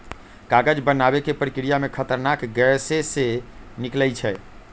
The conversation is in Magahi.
कागज बनाबे के प्रक्रिया में खतरनाक गैसें से निकलै छै